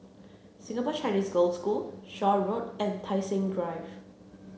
Singapore Chinese Girls' School Shaw Road and Tai Seng Drive